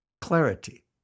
clarity